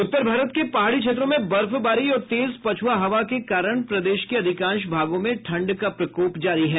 उत्तर भारत के पहाड़ी क्षेत्रों में बर्फबारी और तेज पछुआ हवा के कारण प्रदेश के अधिकांश भागों में ठंड का प्रकोप जारी है